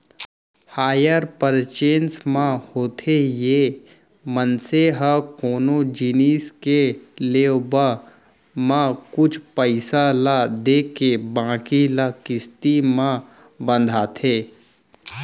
hire purchase म होथे ये मनसे ह कोनो जिनिस के लेवब म कुछ पइसा ल देके बाकी ल किस्ती म बंधाथे